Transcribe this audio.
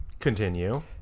Continue